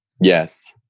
Yes